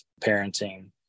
parenting